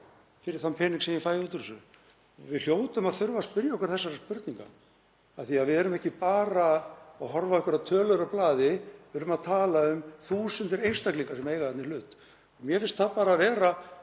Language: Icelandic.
fyrir þann pening sem ég fæ út úr þessu. Við hljótum að þurfa að spyrja okkur þessara spurningar af því að við erum ekki bara að horfa á einhverjar tölur á blaði. Við erum að tala um þúsundir einstaklinga sem eiga þarna í hlut. Mér finnst það vera